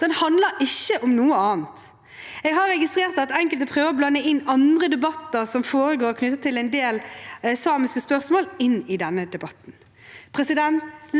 Den handler ikke om noe annet. Jeg har registrert at enkelte prøver å blande andre debatter som foregår, knyttet til en del samiske spørsmål, inn i denne debatten.